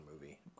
movie